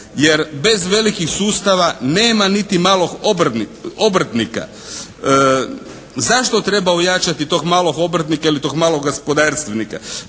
Jer bez velikih sustava nema niti malog obrtnika. Zašto treba ojačati tog malog obrtnika ili tog malog gospodarstvenika?